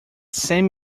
same